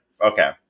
Okay